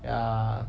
ya